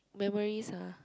memories ah